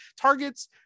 Targets